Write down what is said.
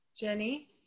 Jenny